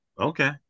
Okay